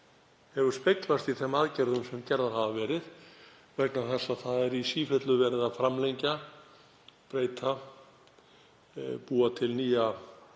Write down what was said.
hefur speglast í þeim aðgerðum sem farið hefur verið í vegna þess að það er í sífellu verið að framlengja, breyta, búa til nýja